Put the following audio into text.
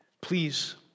please